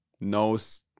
knows